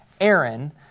Aaron